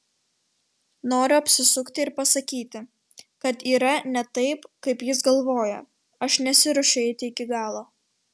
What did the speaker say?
noriu apsisukti ir pasakyti kad yra ne taip kaip jis galvoja aš nesiruošiu eiti iki galo